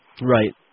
Right